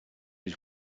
his